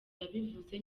yabivuze